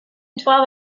twelve